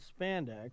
spandex